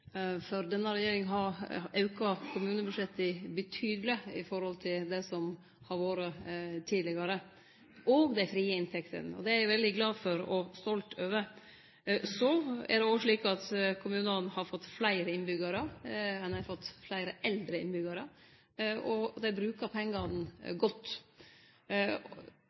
utbygging. Denne regjeringa har auka kommunebudsjetta og dei frie inntektene betydeleg samanlikna med det som har vore tidlegare. Det er eg veldig glad for og stolt over. Så er det òg slik at kommunane har fått fleire innbyggjarar. Dei har fått fleire eldre innbyggjarar, og kommunane brukar pengane godt.